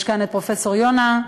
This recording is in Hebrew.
ישנו כאן פרופסור יונה,